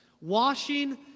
washing